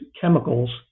chemicals